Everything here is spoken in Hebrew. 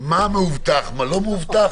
מה מאובטח, מה לא מאובטח.